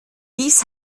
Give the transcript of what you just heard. dies